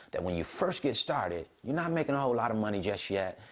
that when you first get started, you're not making a whole lot of money just yet.